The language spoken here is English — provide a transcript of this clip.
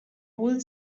old